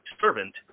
Servant